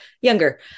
younger